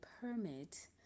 permit